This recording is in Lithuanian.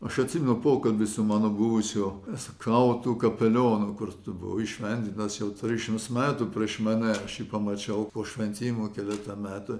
aš atsimenu pokalbį su mano buvusiu skautų kapelionu kur buvo įšventintas jau trisdešimt metų prieš mane aš jį pamačiau po šventimų keletą metų